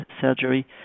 surgery